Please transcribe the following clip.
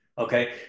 Okay